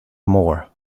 moore